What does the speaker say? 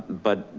but